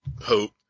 hope